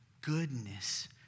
goodness